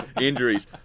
Injuries